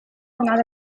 على